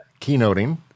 keynoting